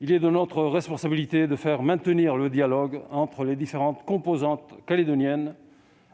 Il est de notre responsabilité de faire maintenir le dialogue entre les différentes composantes calédoniennes,